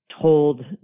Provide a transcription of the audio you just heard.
told